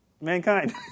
mankind